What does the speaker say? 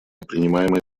принимаемые